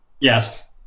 Yes